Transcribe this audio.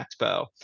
Expo